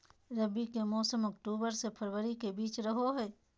रबी के मौसम अक्टूबर से फरवरी के बीच रहो हइ